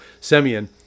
Semyon